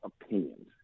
opinions